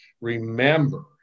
remember